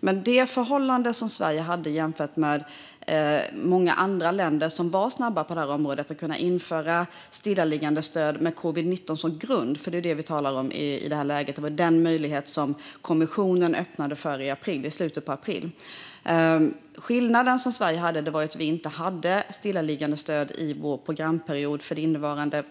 Men med det förhållande som Sverige hade jämfört med många andra länder som var snabba på detta område med att kunna införa stillaliggandestöd med covid-19 som grund - det är det som vi talar om i detta läge - var det denna möjlighet som kommissionen öppnade för i slutet av april. Skillnaden för Sverige var att vi inte hade stillaliggandestöd i vår programperiod för den innevarande